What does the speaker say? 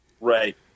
Right